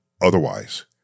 otherwise